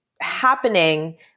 happening